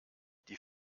die